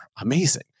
amazing